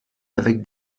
avec